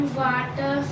water